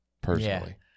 personally